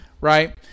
right